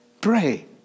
Pray